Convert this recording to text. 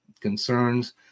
concerns